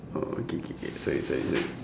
oh K K K sorry sorry sorry